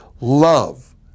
love